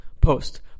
post